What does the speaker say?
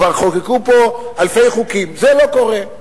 כבר חוקקו פה אלפי חוקים זה לא קורה,